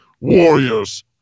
warriors